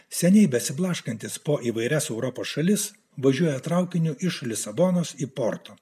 seniai besiblaškantis po įvairias europos šalis važiuoja traukiniu iš lisabonos į porto